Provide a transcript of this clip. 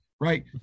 right